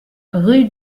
rue